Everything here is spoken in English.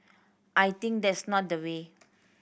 I think that's not the way